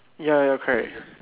ya you're correct